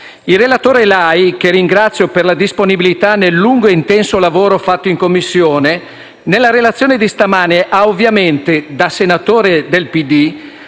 Il relatore Lai, che ringrazio per la disponibilità nel lungo e intenso lavoro fatto in Commissione, nella relazione di stamane ha ovviamente, da senatore del PD,